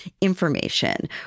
information